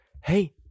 hey